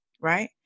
right